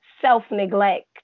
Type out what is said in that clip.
self-neglect